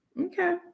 Okay